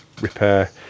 repair